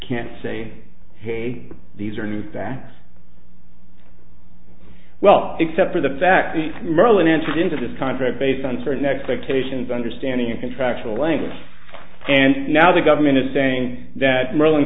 can't say hey these are new facts well except for the fact merlin entered into this contract based on certain expectations understanding a contractual language and now the government is saying that merlin